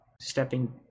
stepping